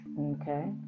Okay